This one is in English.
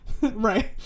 Right